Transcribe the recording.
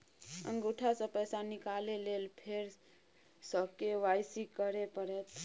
अंगूठा स पैसा निकाले लेल फेर स के.वाई.सी करै परतै?